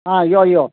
आं यो यो